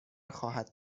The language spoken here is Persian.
خواهد